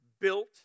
built